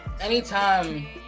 anytime